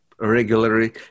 regularly